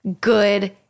good